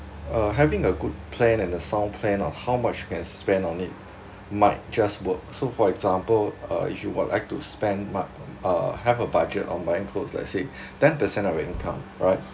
uh having a good plan and a sound plan on how much you can spend on it might just work so for example uh if you would like to spend mo~ uh have on a budget on buying clothes let's say ten percent of your income alright